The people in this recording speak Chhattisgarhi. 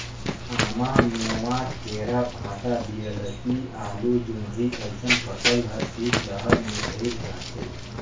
आमा, मेवां, केरा, भंटा, वियलती, आलु, जोढंरी अइसन फसल हर शीतलहार में जइर जाथे